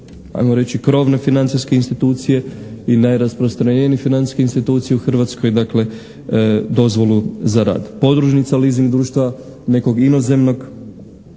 ajmo reći krovne financijske institucije i najrasprostranjenije financije institucije u Hrvatskoj, dakle dozvolu za rad. Podružnica leasing društva nekog inozemnog,